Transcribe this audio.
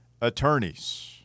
Attorneys